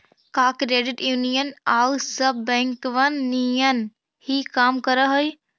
का credit union आउ सब बैंकबन नियन ही काम कर हई?